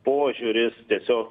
požiūris tiesiog